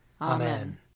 Amen